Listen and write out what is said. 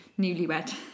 newlywed